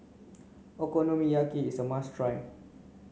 okonomiyaki is a must try